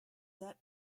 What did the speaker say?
that